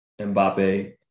Mbappe